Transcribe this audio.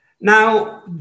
Now